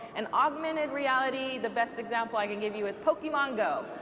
and augmented reality, the best example i can give you is pokemon go,